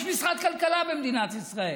יש משרד כלכלה במדינת ישראל.